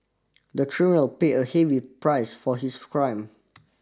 the criminal paid a heavy price for his crime